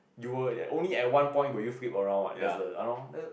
you were at only at one point would you flip around what there's a [anor]